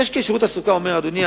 איש בשירות התעסוקה אומר: אדוני,